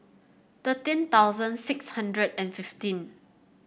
thirteen thousand six hundred and fifteen